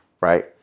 right